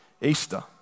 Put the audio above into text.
Easter